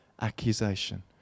accusation